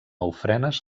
ofrenes